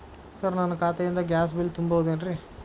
Sir ನನ್ನ ಖಾತೆಯಿಂದ gas bill ತುಂಬಹುದೇನ್ರಿ?